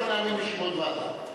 כרגע לא מנהלים ישיבות ועדה.